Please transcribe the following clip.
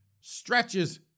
stretches